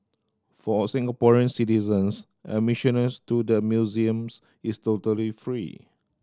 for Singaporean citizens to the museums is totally free